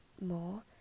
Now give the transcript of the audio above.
more